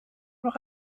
noch